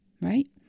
right